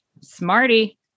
Smarty